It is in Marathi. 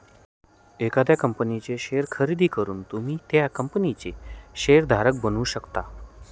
एखाद्या कंपनीचे शेअर खरेदी करून तुम्ही त्या कंपनीचे शेअर धारक बनू शकता